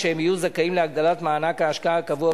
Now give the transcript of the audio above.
אילולא אמרת לי ולראש הממשלה: תביאו את החוק ככה.